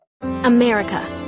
America